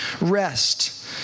rest